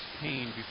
pain